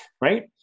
right